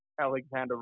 Alexander